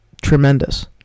tremendous